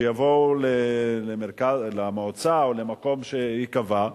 שיבואו למועצה או למקום שייקבע,